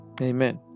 Amen